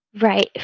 Right